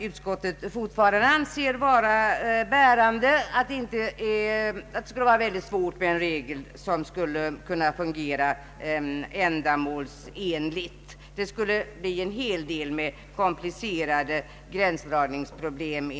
Utskottet anser fortfarande att det skulle vara mycket svårt att få en sådan regel att fungera tillfredsställande. Enligt utskottets mening skulle det uppstå en hel del komplicerade gränsdragningsproblem.